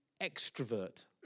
extrovert